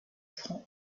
front